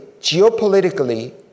geopolitically